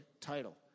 title